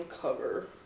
cover